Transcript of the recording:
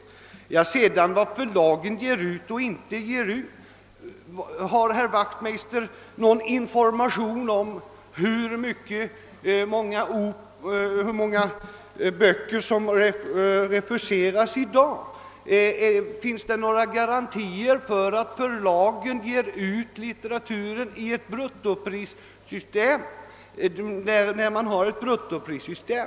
Beträffande frågan om vad förlagen ger ut och inte ger ut skulle jag vilja veta om herr Wachtmeister har någon information om hur många böcker som refuseras i dag. Finns det några garantier för att förlagen, när man har ett bruttoprissystem, ger ut all litteratur av hög kvalitet?